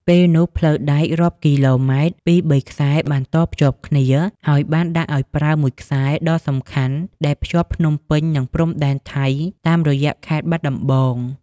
ពេលនោះផ្លូវដែករាប់គីឡូម៉ែត្រពីរបីខ្សែបានតភ្ជាប់គ្នា ហើយបានដាក់អោយប្រើមួយខ្សែដ៏សំខាន់ដែលភ្ជាប់ភ្នំពេញនិងព្រំដែនថៃតាមរយៈខេត្ត បាត់ដំបង។